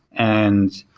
and